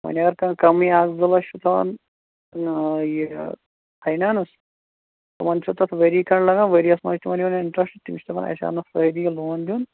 وَنۍ اگر کانٛہہ کَمٕے اَکھ زٕ لچھ چھُ تھاوان یہِ فایِنَانٕس تِمَن چھُ تَتھ ؤری کَھنٛڈ لگان ؤریَس منٛز چھِ تِمَن یِوَان اِنٛٹرٛسٹ تِم چھِ دَپان اَسہِ آو نہٕ فٲیدٕ یہِ لون دِیُن